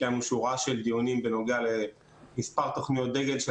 קיימנו שורה של דיונים בנוגע למספר תוכניות דגל של